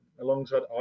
alongside